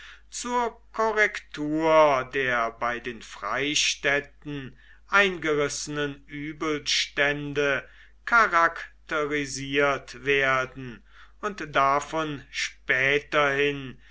zur korrektur der bei den freistädten eingerissenen übelstände charakterisiert werden und davon späterhin